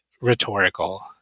rhetorical